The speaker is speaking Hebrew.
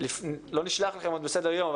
לא נשלח לכם עדיין בסדר-יום,